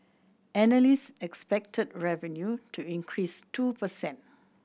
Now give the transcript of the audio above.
analysts expected revenue to increase two per cent